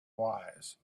wise